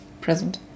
Present